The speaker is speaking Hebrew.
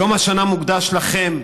יום השנה מוקדש לכם,